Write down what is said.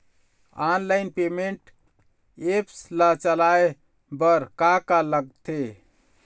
Online payment apps ला चलाए बार का का लगथे?